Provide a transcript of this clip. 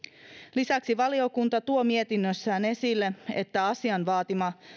lisäksi valiokunta tuo mietinnössään esille että asian vaatima